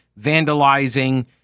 vandalizing